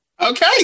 Okay